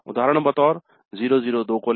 उदाहरण बतौर 002 को ले